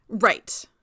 Right